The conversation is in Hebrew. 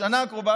בשנה הקרובה,